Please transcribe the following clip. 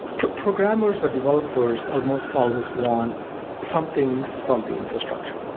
programmers or developers almost always want something so from the infrastructure.